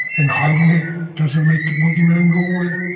and hiding it doesn't make the boogeyman go away